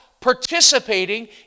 participating